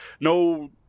No